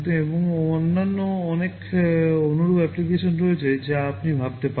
এবং অন্যান্য অনেক অনুরূপ অ্যাপ্লিকেশন রয়েছে যা আপনি ভাবতে পারেন